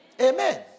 Amen